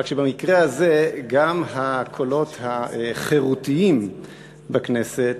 רק שבמקרה הזה גם הקולות החירותיים בכנסת